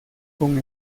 con